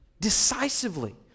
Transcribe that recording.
decisively